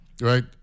right